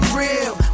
real